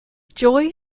joy